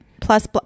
plus